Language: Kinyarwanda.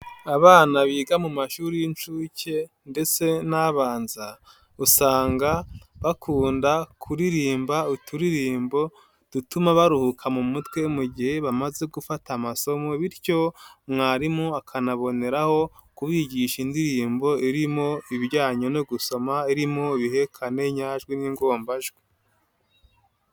Abana biga mu mashuri y'inshuke ndetse n' abanza, usanga bakunda kuririmba uturirimbo dutuma baruhuka mu mutwe mu gihe bamaze gufata amasomo, bityo mwarimu akanaboneraho kubigisha indirimbo irimo ibijyanye no gusoma, irimo ibihekane, inyajwi n'ingombajwi.